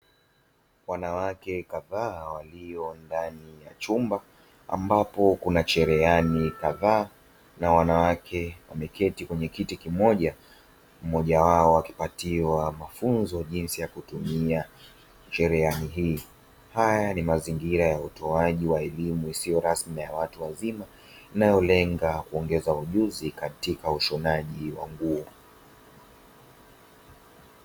Wanawake kadhaa waliyondani ya chumba ambapo kuna cherehani kadhaa, na wanawake wameketi kwenye kiti kimoja mmojawapo akiwa akipatiwa mafunzo jinsi ya kitumia cherehani hii, haya ni mazingira ya utoaji wa elimu isiyo rasmi ya watu wazima, inayolenga kuongeza ujuzi katika ushonaji wa nguo.